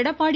Edappadi